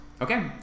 Okay